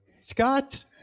Scott